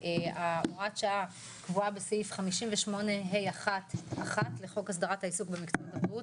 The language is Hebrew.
הוראת שעה קבועה בסעיף 58(ה1)(1) לחוק הסדרת העיסוק במקצועות הבריאות,